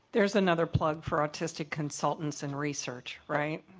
there's another plug for autistic consultants in research, right?